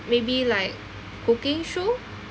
maybe like cooking show